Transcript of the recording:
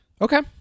Okay